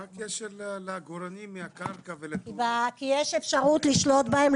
מה הקשר לעגורנים מהקרקע ול- -- כי יש אפשרות לשלוט בהם,